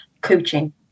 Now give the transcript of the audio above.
coaching